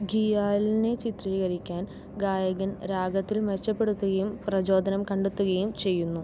ഖിയാലിനെ ചിത്രീകരിക്കാൻ ഗായകൻ രാഗത്തിൽ മെച്ചപ്പെടുത്തുകയും പ്രചോദനം കണ്ടെത്തുകയും ചെയ്യുന്നു